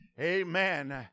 Amen